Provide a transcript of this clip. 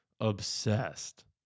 Obsessed